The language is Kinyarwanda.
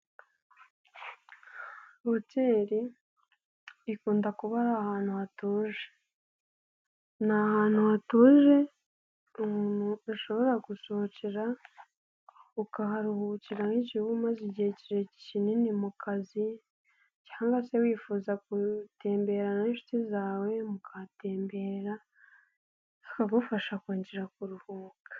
Hoteri ikunda kuba Iri ahantu hatuje. Ni ahantu hatuje ushobora gusohokera ukaharuhukira nk'igihe u maze igihe kinini mu kazi, cyangwa se wifuza gutemberana n'inshuti zawe mukahatembera hakagufasha kongera kuruhuka.